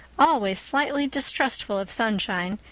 always slightly distrustful of sunshine,